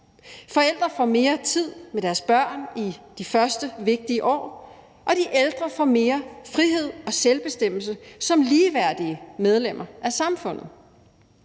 Forældrene får mere tid med deres børn i de første vigtige år, og de ældre får mere frihed og selvbestemmelse som ligeværdige medlemmer af samfundet.